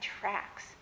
tracks